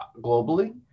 globally